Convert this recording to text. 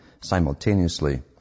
simultaneously